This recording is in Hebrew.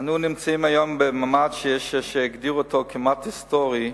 אנו נמצאים היום במעמד שיש אשר יגדירו אותו כמעט היסטורי.